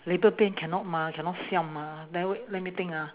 labour pain cannot mah cannot siam mah then let me think ah